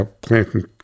planting